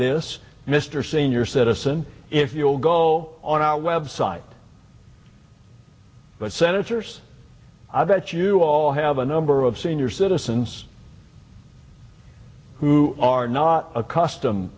this mr senior citizen if you will go on our website but senators i bet you all have a number of senior citizens who are not accustomed